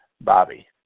Bobby